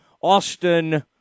Austin